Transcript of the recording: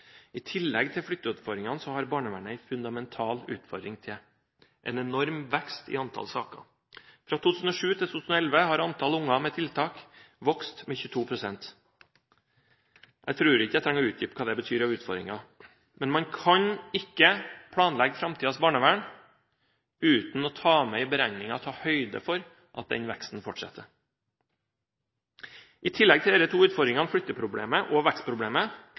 I tillegg til flytteutfordringene har barnevernet en fundamental utfordring til: en enorm vekst i antallet saker. Fra 2007 til 2011 har antallet barn med tiltak vokst med 22 pst. Jeg tror ikke jeg trenger å utdype hva det betyr av utfordringer, men man kan ikke planlegge framtidas barnevern uten å ta høyde for at den veksten fortsetter. I tillegg til disse to utfordringene, flytteproblemet og vekstproblemet,